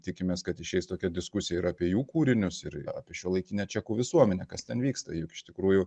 tikimės kad išeis tokia diskusija ir apie jų kūrinius ir apie šiuolaikinę čekų visuomenę kas ten vyksta juk iš tikrųjų